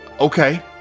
okay